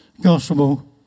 gospel